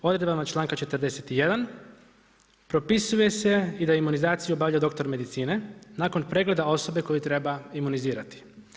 Odredbama čl.41. propisuje se da imunizaciju obavlja doktor medicine, nakon pregleda osoba koju treba imunizirati.